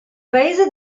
paese